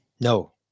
no